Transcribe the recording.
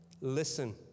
listen